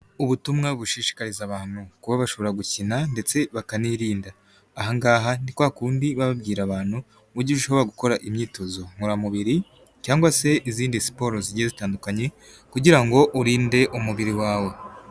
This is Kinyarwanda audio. Ubutumwa bushishikariza abantu kuba bashobora gukina ndetse bakanirinda, ahangaha ni kwa kundi baba babwira abantu uburyo ushobora gukora imyitozo ngororamubiri cyangwa se izindi siporo zigiye zitandukanye kugira ngo urinde umubiri wawe.